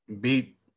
beat